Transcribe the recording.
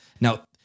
Now